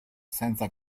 senza